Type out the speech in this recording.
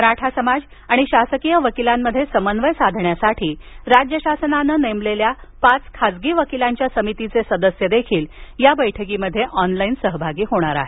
मराठा समाज आणि शासकीय वकिलांमध्ये समन्वय साधण्यासाठी राज्य शासनाने नेमलेल्या पाच खाजगी वकिलांच्या समितीचे सदस्यदेखील या बैठकीत ऑनलाईन सहभागी होणार आहेत